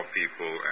people